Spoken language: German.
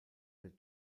der